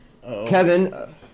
Kevin